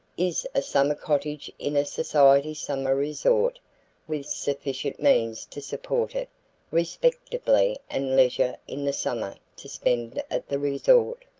is a summer cottage in a society summer resort with sufficient means to support it respectably and leisure in the summer to spend at the resort.